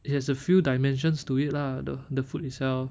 it has a few dimensions to it lah the the food itself